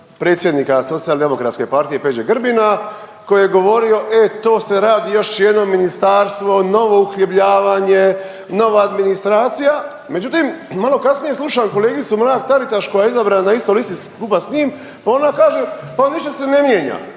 predsjednika Socijaldemokratske partije Peđe Grbina koji je govorio e to se radi još jedno ministarstvo, novo uhljebljavanje, nova administracija, međutim malo kasnije slušam kolegicu Mrak Taritaš koja je izbrana na istoj listi skupa s njim, pa ona kaže pa ništa se mijenja,